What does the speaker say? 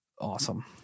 Awesome